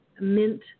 mint